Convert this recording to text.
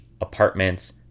apartments